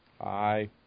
Hi